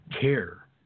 care